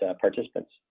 participants